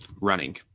running